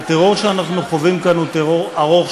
הטרור שאנחנו חווים כאן הוא טרור ארוך,